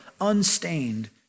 unstained